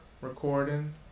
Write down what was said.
recording